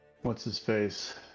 what's-his-face